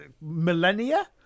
millennia